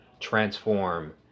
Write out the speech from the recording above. transform